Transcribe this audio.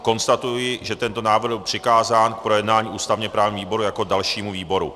Konstatuji, že tento návrh byl přikázán k projednání ústavněprávnímu výboru jako dalšímu výboru.